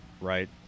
right